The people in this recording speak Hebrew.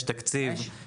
התקציב